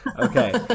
okay